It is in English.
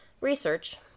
research